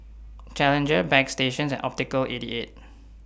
Challenger Bagstationz and Optical eighty eight